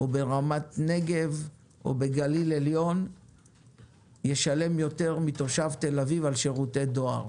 ברמת הנגב או בגליל עליון ישלם יותר מתושב תל אביב על שירותי דואר